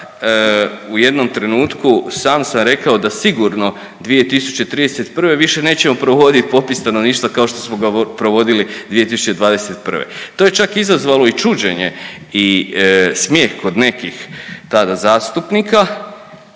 U jednom trenutku sam sam rekao da sigurno 2031. više nećemo provoditi popis stanovništva kao što smo ga provodili 2021. To je čak izazvalo i čuđenje i smijeh kod nekih tada zastupnika,